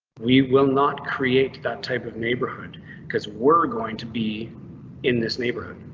we will not create that type of neighborhood cause we're going to be in this neighborhood.